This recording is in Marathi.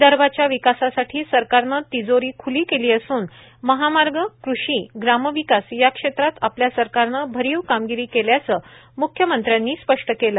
विदर्भाच्या विकासासाठी सरकारनं तिजोरी ख्ली केली असून महामार्ग कृषी ग्रामविकास या क्षेत्रात आपल्या सरकारनं भरीव कामगिरी केल्याचं मुख्यमंत्र्यांनी स्पष्ट केलं